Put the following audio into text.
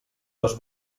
les